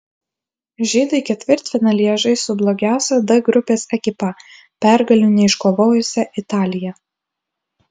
žydai ketvirtfinalyje žais su blogiausia d grupės ekipa pergalių neiškovojusia italija